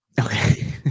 Okay